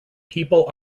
people